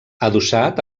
adossat